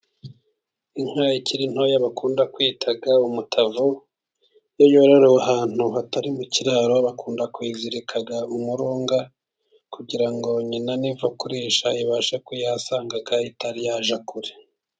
Inka ikiri ntoya bakunda kwita umutavu, iyo yororowe ahantu hatari mu kiraro, bakunda kuyizirika umurunga, kugira ngo nyina niva kurisha, ibashe kuyihasanga itari yajya kure.